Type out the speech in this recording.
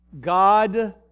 God